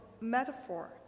metaphor